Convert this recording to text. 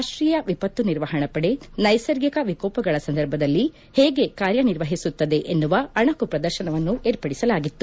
ರಾಷ್ಟೀಯ ವಿಪತ್ತು ನಿರ್ವಹಣಾ ಪಡೆ ನೈಸರ್ಗಿಕ ವಿಕೋಪಗಳ ಸಂದರ್ಭದಲ್ಲಿ ಹೇಗೆ ಕಾರ್ಯ ನಿರ್ವಹಿಸುತ್ತದೆ ಎನ್ನುವ ಅಣಕು ಪ್ರದರ್ಶನವನ್ನು ಏರ್ಪದಿಸಲಾಗಿತ್ತು